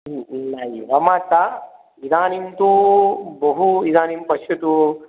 नैव माता इदानीं तु बहु इदानीं पश्यतु